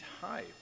high